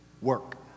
work